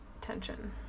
tension